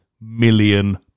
million